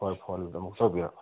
ꯍꯣꯏ ꯐꯣꯟ ꯑꯃꯨꯛ ꯇꯧꯕꯤꯔꯛꯑꯣ